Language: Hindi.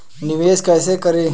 निवेश कैसे करें?